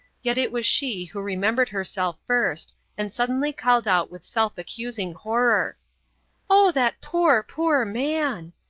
yet it was she who remembered herself first and suddenly called out with self-accusing horror oh, that poor, poor man!